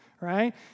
right